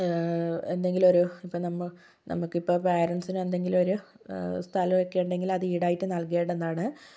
എന്തെങ്കിലും ഒരു ഇപ്പോൾ നമുക്ക് നമുക്ക് ഇപ്പോൾ പേരെൻസിന് എന്തെങ്കിലും ഒരു സ്ഥലം ഒക്കെ ഉണ്ടെങ്കിൽ അത് ഈട് ആയിട്ട് നൽകേണ്ടന്നതാണ്